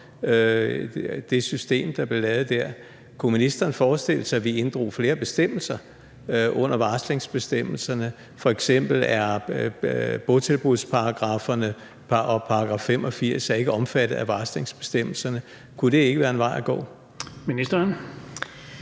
det system, der blev lavet der. Kunne ministeren forestille sig, at vi inddrog flere bestemmelser under varslingsbestemmelserne? F.eks. er botilbudsparagrafferne og § 85 ikke omfattet af varslingsbestemmelserne. Kunne det ikke være en vej at gå? Kl.